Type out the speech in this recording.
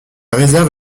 réserve